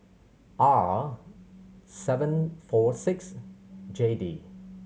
R seven four six J D